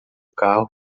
carro